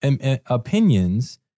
Opinions